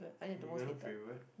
you got no favourite